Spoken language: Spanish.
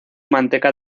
manteca